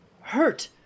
hurt